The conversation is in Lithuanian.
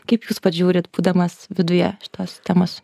kaip jūs pats žiūrite būdamas viduje šitos temos